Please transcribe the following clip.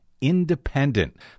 independent